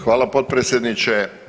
Hvala potpredsjedniče.